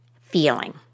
feeling